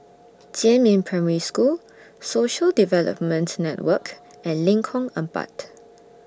Jiemin Primary School Social Development Network and Lengkong Empat